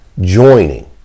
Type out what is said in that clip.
Joining